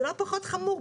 זה לא פחות חמור.